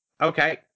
okay